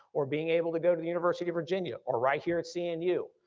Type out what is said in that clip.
or being able to go to the university of virginia, or right here at cnu.